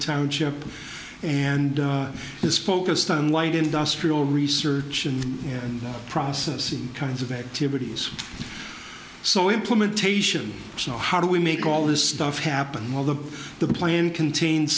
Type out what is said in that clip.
township and is focused on light industrial research and processing kinds of activities so implementation so how do we make all this stuff happen while the plan contains